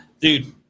Dude